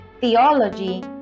Theology